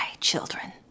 children